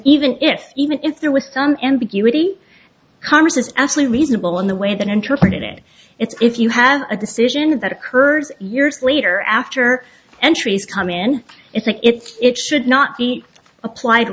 even if even if there was some ambiguity congress is actually reasonable in the way that interpreted it it's if you have a decision that occurs years later after entries come in it's like it's it should not be applied